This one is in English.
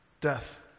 death